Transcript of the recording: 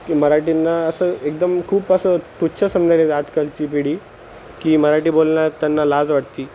की मराठीना असं एकदम खूप असं तुच्छ समजालेय आजकालची पिढी की मराठी बोलण्यात त्यांना लाज वाटते